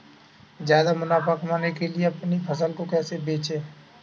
ज्यादा मुनाफा कमाने के लिए अपनी फसल को कैसे बेचें?